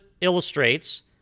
illustrates